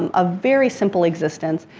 um a very simple existence,